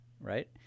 right